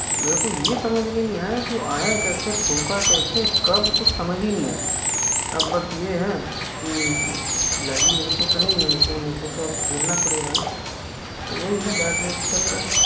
मेरे को ये समझ में नहीं आया कि वो आया है कैसे ठोका कैसे कब कुछ समझ ही नहीं आया अब बस ये है की लगी उसको तो नहीं है लेकिन मेरे को तो अब झेलना पड़ेगा ना तो वही है बेड रेस्ट चल रहा है